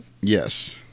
Yes